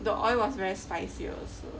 the oil was very spicy also